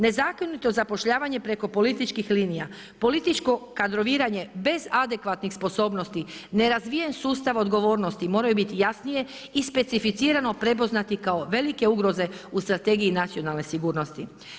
Nezakonito zapošljavanje preko političkih linija, političko kadroviranje bez adekvatnih sposobnosti, nerazvijen sustav odgovornosti, moraju biti jasnije i specificirano prepoznati kao velike ugroze u Strategiji nacionalne sigurnosti.